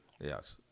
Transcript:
Yes